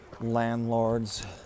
landlord's